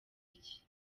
iki